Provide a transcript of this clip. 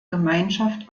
gemeinschaft